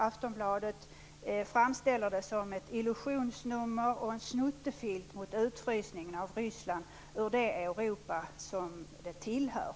Aftonbladet framställer det som ett illusionsnummer och en snuttefilt mot utfrysningen av Ryssland ur det Europa som det tillhör.